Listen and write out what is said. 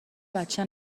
بچه